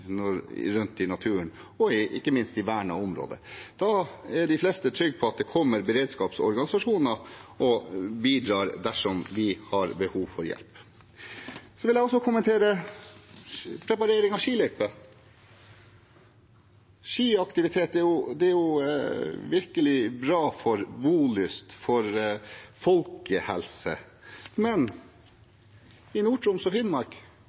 rundt i naturen og ikke minst i vernede områder. Da er de fleste trygge på at det kommer beredskapsorganisasjoner og bidrar dersom de har behov for hjelp. Jeg vil også kommentere preparering av skiløyper. Skiaktivitet er virkelig bra for bolyst og folkehelse, men i Nord-Troms og Finnmark